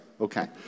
Okay